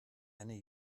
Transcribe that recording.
einen